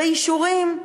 באישורים.